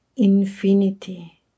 Infinity